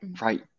right